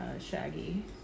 Shaggy